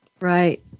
right